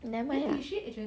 never mind ah